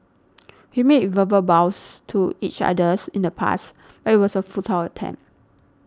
we made verbal vows to each others in the past but it was a futile attempt